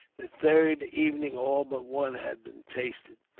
the third evening all but one had been tasted.